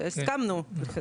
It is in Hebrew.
והסכמנו.